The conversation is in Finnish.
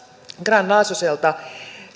grahn laasoselta